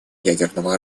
ядерного